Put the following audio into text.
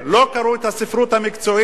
לא קראו את הספרות המקצועית?